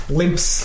limps